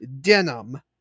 denim